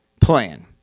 plan